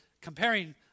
comparing